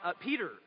Peter